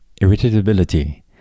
Irritability